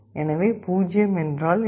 எனவே 0 என்றால் என்ன